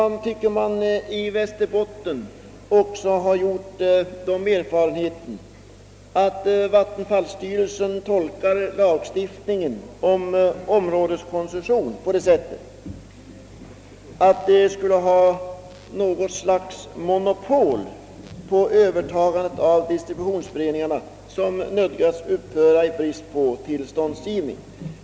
Vidare tycks man i Västerbotten ha gjort den erfarenheten, att vattenfallsstyrelsen tolkar lagstiftningen rörande områdeskoncession så, att verket skulle ha något slags monopol på övertagandet av de distributionsföreningar som nödgas upphöra.